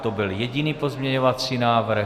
To byl jediný pozměňovací návrh.